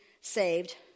saved